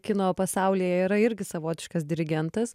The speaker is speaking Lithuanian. kino pasauly yra irgi savotiškas dirigentas